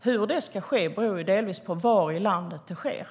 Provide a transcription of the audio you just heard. Hur det ska ske beror delvis på var i landet det sker.